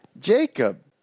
Jacob